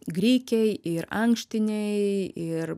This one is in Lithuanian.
grikiai ir ankštiniai ir